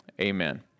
Amen